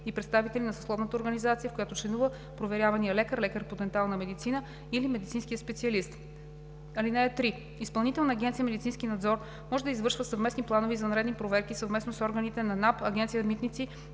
и представители на съсловната организация, в която членува проверяваният лекар, лекарят по дентална медицина или медицинският специалист. (3) Изпълнителна агенция „Медицински надзор“ може да извършва съвместни планови и извънредни проверки съвместно с органите на НАП, Агенция „Митници“,